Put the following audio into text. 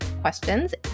questions